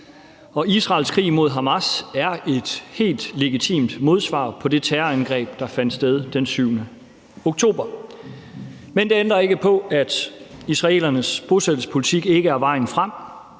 Israels krig mod Hamas er et helt legitimt modsvar på det terrorangreb, der fandt sted den 7. oktober. Men det ændrer ikke på, at israelernes bosættelsespolitik ikke er vejen frem,